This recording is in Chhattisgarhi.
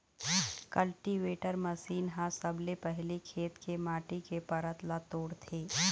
कल्टीवेटर मसीन ह सबले पहिली खेत के माटी के परत ल तोड़थे